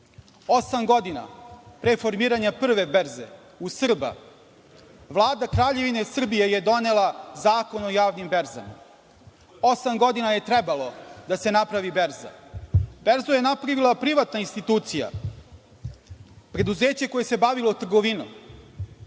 Osam godina pre formiranja prve berze u Srba Vlada Kraljevine Srbije je donela zakon o javnim berzama, osam godina je trebalo da se napravi berza. Berzu je napravila privatna institucija, preduzeće koje se bavilo trgovinom.